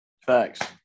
Facts